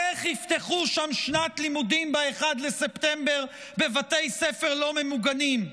איך יפתחו שם שנת לימודים ב-1 בספטמבר בבתי ספר לא ממוגנים?